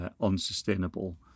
unsustainable